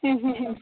ಹ್ಞೂ ಹ್ಞೂ ಹ್ಞೂ